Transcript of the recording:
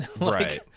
Right